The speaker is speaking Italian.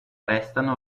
restano